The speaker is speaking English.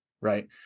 right